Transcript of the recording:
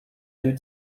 deux